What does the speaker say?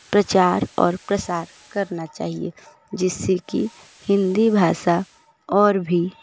प्रचार और प्रसार करना चाहिए जिससे कि हिंदी भाषा और भी